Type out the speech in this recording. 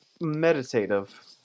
meditative